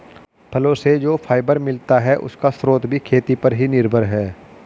फलो से जो फाइबर मिलता है, उसका स्रोत भी खेती पर ही निर्भर है